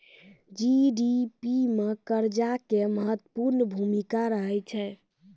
GDP मे कर्जा के महत्वपूर्ण भूमिका रहै छै